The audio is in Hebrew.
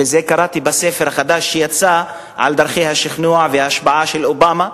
ואת זה קראתי בספר החדש שיצא על דרכי השכנוע וההשפעה של אובמה,